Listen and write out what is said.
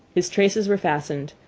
his traces were fastened,